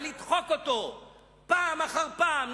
ולדחוק אותו פעם אחר פעם,